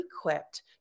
equipped